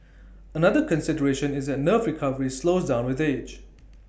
another consideration is that nerve recovery slows down with age